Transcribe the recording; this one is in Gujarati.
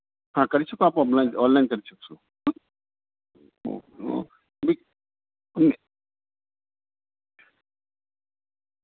હા કરી શકો આપ ઓફલાઈન ઓનલાઈન કરી શકશો હો ઓકે હમ